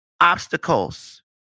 obstacles